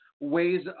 ways